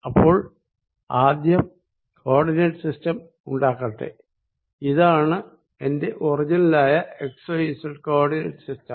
അപ്പോൾ ഞാൻ ആദ്യം കോ ഓർഡിനേറ്റ് സിസ്റ്റം ഉണ്ടാക്കട്ടെ ഇതാണ് എന്റെ ഒറിജിനലായ എക്സ്വൈസെഡ് കോ ഓർഡിനേറ്റ് സിസ്റ്റം